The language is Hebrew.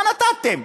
מה נתתם?